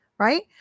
right